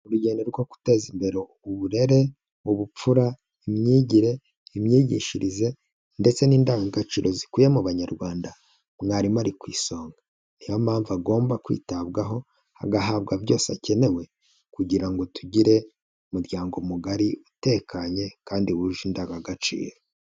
Urugendo rwo guteza imbere uburere, ubupfura, imyigire, imyigishirize ndetse n'indangagaciro zikwiye mu banyarwanda, mwarimu ari ku isonga, ni yo mpamvu agomba kwitabwaho agahabwa byose akenera kugira ngo tugire umuryango mugari utekanye kandi wuje indangagaciro.